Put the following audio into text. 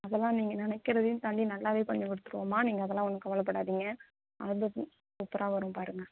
அதெல்லாம் நீங்கள் நினைக்கிறதையும் தாண்டி நல்லாவே பண்ணிக் கொடுத்துருவோம்மா நீங்கள் அதெல்லாம் ஒன்றும் கவலைப்படாதீங்க ஆல்பம் சூப்பராக வரும் பாருங்கள்